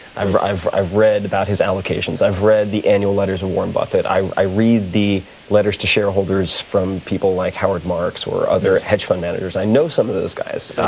i've i've read about his allocations. i've read the annual letters of warren buffet. i i read the letters to shareholders from people like howard marx or other hedge fund managers. i know some of those guys.